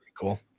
cool